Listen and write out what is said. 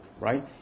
right